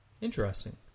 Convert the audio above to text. Interesting